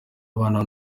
abana